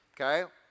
okay